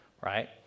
right